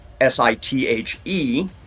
S-I-T-H-E